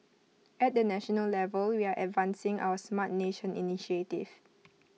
at the national level we are advancing our Smart Nation initiative